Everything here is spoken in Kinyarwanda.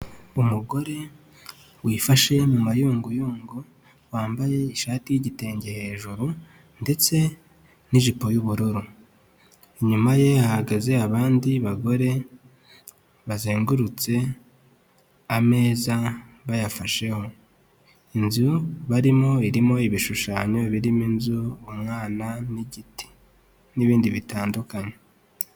Umugore wifashe mu mayunguyungu, wambaye ishati y'igitenge hejuru ndetse n'ijipo y'ubururu. Inyuma ye hahagaze abandi bagore bazengurutse ameza bayafasheho. Inzu barimo irimo ibishushanyo birimo inzu, umwana n'igiti n'ibindi bitandukanye.